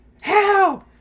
Help